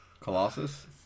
Colossus